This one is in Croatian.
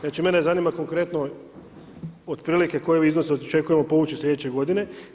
Znači mene zanima konkretno otprilike u kojem iznosu očekujemo povući sljedeće godine.